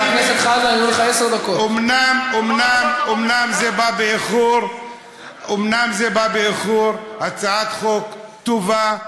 אומנם זה בא באיחור, הצעת חוק טובה,